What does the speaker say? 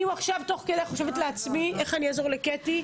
אני עכשיו תוך כדי חושבת לעצמי איך אני אעזור לקטי.